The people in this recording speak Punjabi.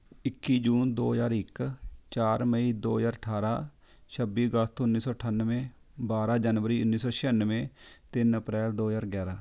ਇੱਕੀ ਜੂਨ ਦੋ ਹਜ਼ਾਰ ਇੱਕ ਚਾਰ ਮਈ ਦੋ ਹਜ਼ਾਰ ਅਠਾਰ੍ਹਾਂ ਛੱਬੀ ਅਗਸਤ ਉੱਨੀ ਸੌ ਅਠਾਨਵੇਂ ਬਾਰ੍ਹਾਂ ਜਨਵਰੀ ਉੱਨੀ ਸੌ ਛਿਆਨਵੇਂ ਤਿੰਨ ਅਪ੍ਰੈਲ ਦੋ ਹਜ਼ਾਰ ਗਿਆਰ੍ਹਾਂ